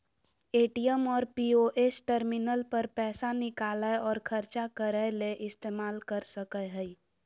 ATM और POS terminal पर पैसा निकालय और ख़र्चा करय ले इस्तेमाल कर सकय हइ